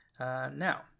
Now